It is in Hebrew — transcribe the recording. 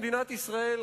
במדינת ישראל,